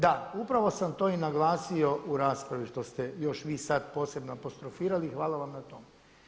Da, upravo sam to i naglasio u raspravi što ste još vi sad posebno apostrofirali i hvala vam na tome.